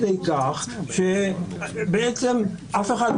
לי --- בשריפה של הבית.